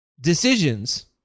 decisions